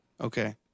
okay